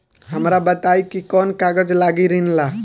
हमरा बताई कि कौन कागज लागी ऋण ला?